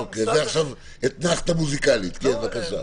אתנחתא מוסיקלית, בבקשה.